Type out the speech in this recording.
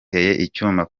icyuma